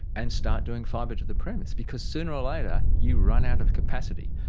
and start doing fibre-to-the-premise because sooner or later you run out of capacity.